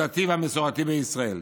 הדתי והמסורתי בישראל.